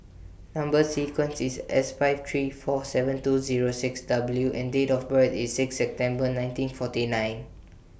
Number sequence IS S five three four seven two Zero six W and Date of birth IS six September nineteen forty nine